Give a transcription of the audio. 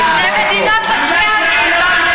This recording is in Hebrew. שתי מדינות לשני עמים.